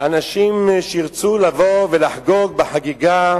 אנשים שירצו לבוא ולחגוג בחגיגה